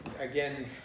again